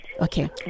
Okay